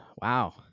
wow